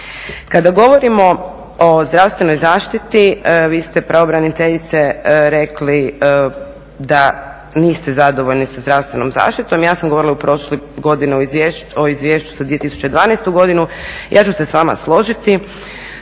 Kada govorimo o zdravstvenoj zaštiti, vi ste pravobraniteljice rekli da niste zadovoljni sa zdravstvenom zaštitom, ja sam govorila o prošloj godini o izvješću za 2012. godinu, ja ću se s vama složiti.